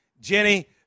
Jenny